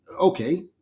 Okay